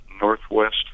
northwest